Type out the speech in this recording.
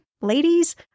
ladies